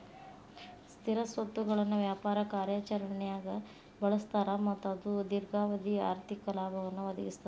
ಸ್ಥಿರ ಸ್ವತ್ತುಗಳನ್ನ ವ್ಯಾಪಾರ ಕಾರ್ಯಾಚರಣ್ಯಾಗ್ ಬಳಸ್ತಾರ ಮತ್ತ ಅದು ದೇರ್ಘಾವಧಿ ಆರ್ಥಿಕ ಲಾಭವನ್ನ ಒದಗಿಸ್ತದ